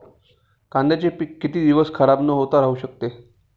कांद्याचे पीक किती दिवस खराब न होता राहू शकते?